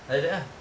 like that ah